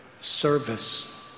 service